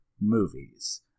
movies